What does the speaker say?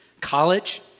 College